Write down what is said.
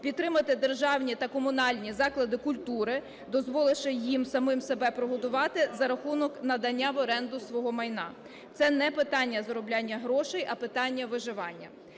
підтримати державні та комунальні заклади культури, дозволивши їм самим себе прогодувати за рахунок надання в оренду свого майна. Це не питання заробляння грошей, а питання виживання.